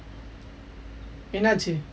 என்ன ஆச்சு:enna aachu